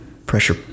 pressure